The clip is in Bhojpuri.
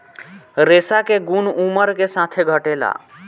रेशा के गुन उमर के साथे घटेला